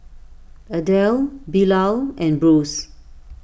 Adel Bilal and Bruce